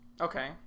Okay